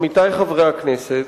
עמיתי חברי הכנסת,